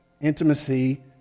intimacy